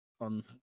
On